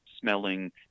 smelling